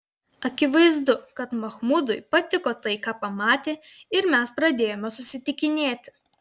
akivaizdu kad machmudui patiko tai ką pamatė ir mes pradėjome susitikinėti